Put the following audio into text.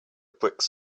bricks